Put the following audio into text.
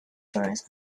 bears